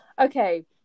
Okay